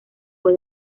fue